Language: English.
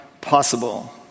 possible